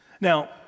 Now